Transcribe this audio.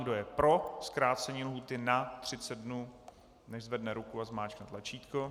Kdo je pro zkrácení lhůty na 30 dnů, nechť zvedne ruku a zmáčkne tlačítko.